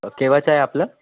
केव्हाचं आहे आपलं